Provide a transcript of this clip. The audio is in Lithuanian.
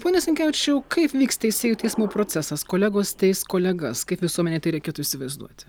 pone sinkevičiau kaip vyks teisėjų teismų procesas kolegos tais kolegas kaip visuomenei tai reikėtų įsivaizduoti